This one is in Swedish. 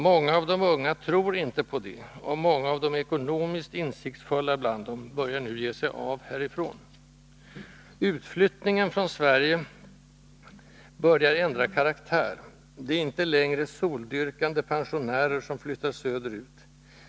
Många av de unga tror inte på det, och många av de ekonomiskt insiktsfulla bland dem börjar nu ge sig av härifrån. Utflyttningen från Sverige börjar ändra karaktär: Det är inte längre soldyrkande pensionärer som flyttar söderut.